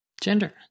gender